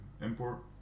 import